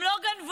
הם לא גנבו,